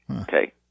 Okay